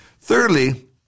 Thirdly